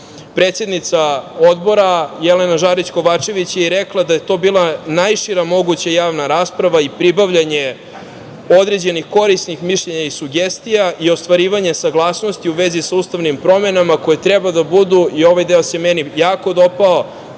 slušanja. Predsednica Odbora, Jelena Žarić Kovačević, je rekla da je to bila najšira moguća javna rasprava i pribavljanje određenih korisnih mišljenja i sugestija i ostvarivanje saglasnosti u vezi sa ustavnim promenama koje treba da budu, i ovaj deo se meni jako dopao,